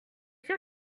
sûr